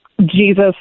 Jesus